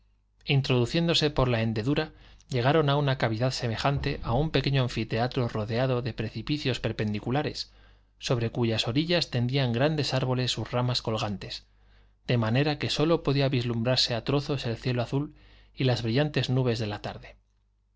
introduciéndose por la hendedura llegaron a una cavidad semejante a un pequeño anfiteatro rodeado de precipicios perpendiculares sobre cuyas orillas tendían grandes árboles sus ramas colgantes de manera que sólo podía vislumbrarse a trozos el cielo azul y las brillantes nubes de la tarde